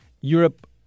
Europe